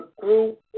group